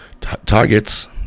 targets